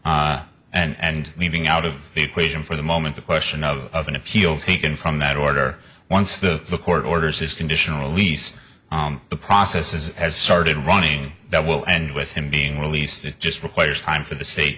release and leaving out of the equation for the moment the question of an appeal taken from that order once the court orders is conditional release the process is has started running that will end with him being released it just requires time for the state